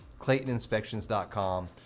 ClaytonInspections.com